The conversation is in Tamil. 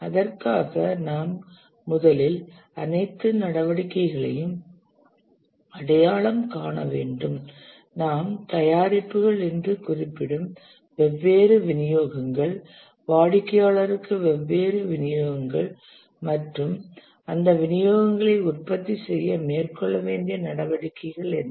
அதற்காக நாம் முதலில் அனைத்து நடவடிக்கைகளையும் அடையாளம் காண வேண்டும் நாம் தயாரிப்புகள் என்று குறிப்பிடும் வெவ்வேறு விநியோகங்கள் வாடிக்கையாளருக்கு வெவ்வேறு விநியோகங்கள் மற்றும் அந்த விநியோகங்களை உற்பத்தி செய்ய மேற்கொள்ள வேண்டிய நடவடிக்கைகள் என்ன